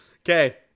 Okay